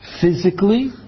physically